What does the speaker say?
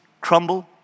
crumble